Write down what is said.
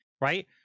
right